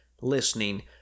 listening